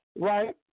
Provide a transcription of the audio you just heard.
right